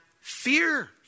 fear